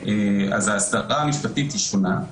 אז ההסדרה המשפטית היא שונה.